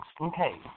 okay